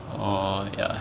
orh ya